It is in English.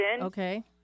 Okay